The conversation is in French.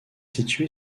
situé